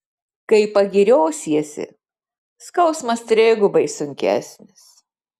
kai pagiriosiesi skausmas trigubai sunkesnis